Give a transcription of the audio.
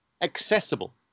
accessible